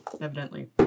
evidently